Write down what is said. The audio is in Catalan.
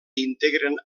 integren